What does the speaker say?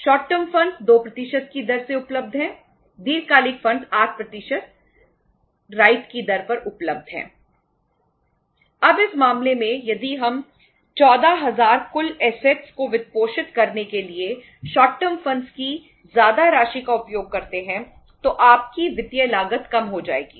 short term funds की ज्यादा राशि का उपयोग करते हैं तो आपकी वित्तीय लागत कम हो जाएगी